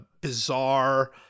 bizarre